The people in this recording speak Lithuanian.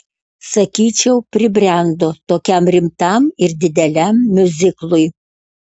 sakyčiau pribrendo tokiam rimtam ir dideliam miuziklui